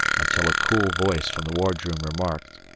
until a cool voice from the wardroom remarked,